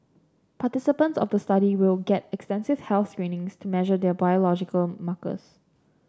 participants of the study will get extensive health screenings to measure their biological markers